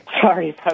Sorry